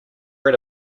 read